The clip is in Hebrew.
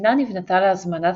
הספינה נבנתה להזמנת